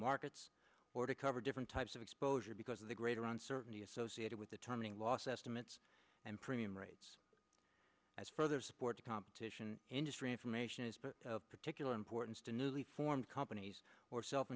markets or to cover different types of exposure because of the greater on certainty associated with the turning loss estimates and premium rates as for other sports competition industry information is particular importance to newly formed companies or self